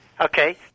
Okay